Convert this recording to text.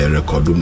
Record